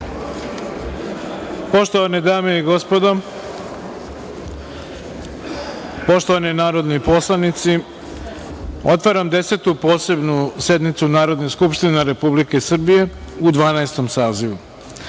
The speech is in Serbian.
Poštovane dame i gospodo, poštovani narodni poslanici, otvaram Desetu posebnu sednicu Narodne skupštine Republike Srbije u Dvanaestom